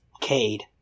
cade